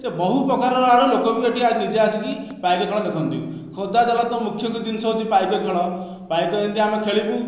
ଯେ ବହୁତ ପ୍ରକାର ଆଡ଼ ଲୋକ ବି ଏଠି ନିଜେ ଆସିକି ପାଇକ ଖେଳ ଦେଖନ୍ତି ଖୋର୍ଦ୍ଧା ଜିଲ୍ଲାର ତ ମୁଖ୍ୟ ଏକ ଜିନିଷ ହେଉଛି ପାଇକ ଖେଳ ପାଇକ ଯେମିତି ଆମେ ଖେଳିବୁ